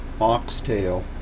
oxtail